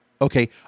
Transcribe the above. okay